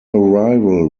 arrival